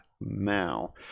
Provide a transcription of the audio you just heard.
Now